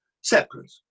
separate